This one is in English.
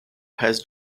has